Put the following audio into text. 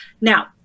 Now